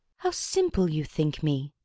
how simple you think me!